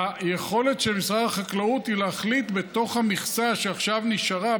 היכולת של משרד החקלאות היא להחליט בתוך המכסה שעכשיו נשארה,